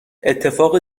اتفاق